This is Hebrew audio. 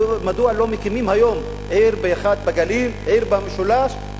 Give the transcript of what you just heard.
מדוע לא מקימים היום עיר אחת בגליל, עיר במשולש,